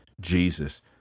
Jesus